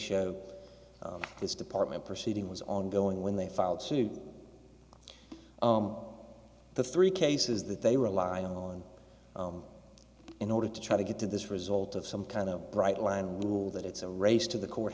show this department proceeding was ongoing when they filed suit the three cases that they relied on in order to try to get to this result of some kind of bright line rule that it's a race to the court